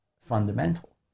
fundamental